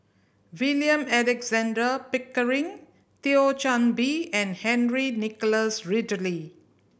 William Alexander Pickering Thio Chan Bee and Henry Nicholas Ridley